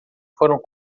foram